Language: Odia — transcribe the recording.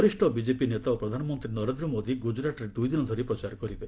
ବରିଷ ବିଜେପି ନେତା ଓ ପ୍ରଧାନମନ୍ତ୍ରୀ ନରେନ୍ଦ୍ର ମୋଦି ଗୁଜରାଟ୍ରେ ଦୁଇ ଦିନ ଧରି ପ୍ରଚାର କରିବେ